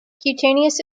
cutaneous